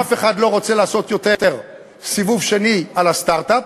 אף אחד לא רוצה לעשות יותר סיבוב שני על הסטרט-אפ.